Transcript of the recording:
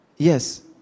Yes